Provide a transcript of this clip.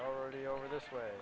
already over this way